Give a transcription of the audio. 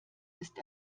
ist